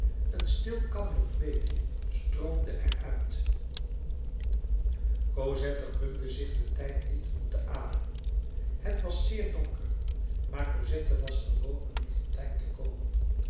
een stil kabbelend beekje stroomde er uit cosette gunde zich den tijd niet om te ademen het was zeer donker maar cosette was gewoon aan die fontein te komen